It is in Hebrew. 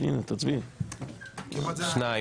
שניים.